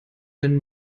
wenn